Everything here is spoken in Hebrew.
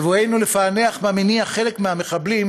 בבואנו לפענח מה מניע חלק מהמחבלים,